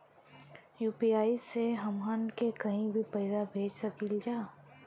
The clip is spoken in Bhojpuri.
यू.पी.आई से हमहन के कहीं भी पैसा भेज सकीला जा?